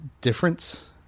difference